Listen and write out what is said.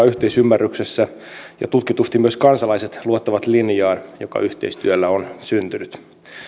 yhteisymmärryksessä ja tutkitusti myös kansalaiset luottavat linjaan joka yhteistyöllä on syntynyt